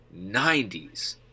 90s